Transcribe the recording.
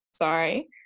sorry